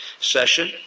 session